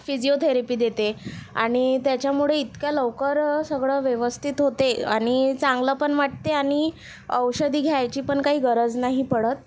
physiotherapy देते आणि त्याच्यामुळे इतक्या लवकर सगळं व्यवस्थित होते आणि चांगलं पण वाटते आणि औषधी घ्यायची पण काही गरज नाही पडत